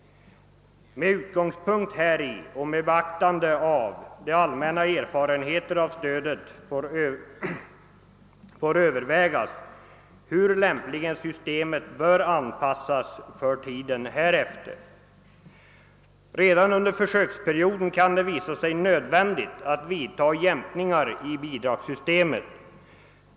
Med utgångspunkt häri och med beaktande av de allmänna erfarenheterna av stödet får övervägas, hur systemet lämpligen bör anpassas för tiden härefter. Redan under försöksperioden kan det visa sig nödvändigt att vidta jämkningar i bidragssystemet.